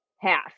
half